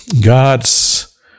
God's